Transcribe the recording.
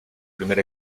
primer